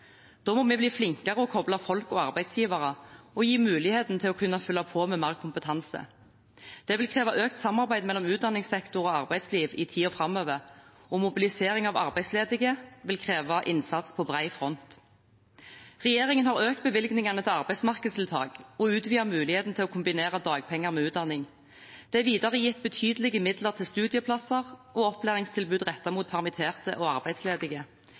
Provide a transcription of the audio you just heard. Da må vi bli flinkere til å koble folk og arbeidsgivere og gi mulighet for å kunne fylle på med mer kompetanse. Det vil kreve økt samarbeid mellom utdanningssektor og arbeidsliv i tiden framover, og mobilisering av arbeidsledige vil kreve innsats på bred front. Regjeringen har økt bevilgningene til arbeidsmarkedstiltak og utvidet muligheten til å kombinere dagpenger med utdanning. Det er videre gitt betydelige midler til studieplasser og opplæringstilbud rettet mot permitterte og arbeidsledige,